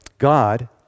God